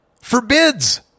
forbids